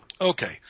Okay